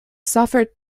suffered